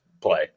play